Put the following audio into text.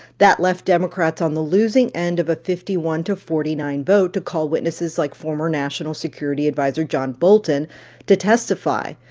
that left democrats on the losing end of a fifty one forty nine vote to call witnesses like former national security adviser john bolton to testify.